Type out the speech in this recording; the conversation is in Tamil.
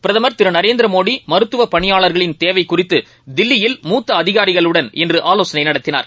பிரதமர் திருநரேந்திரமோடிமருத்துவப் பணியாளர்களின் தேவைகுறித்துதில்லியில் மூத்தஅதிகாரிகளுடன் இன்றுஆலோசனைநடத்தினார்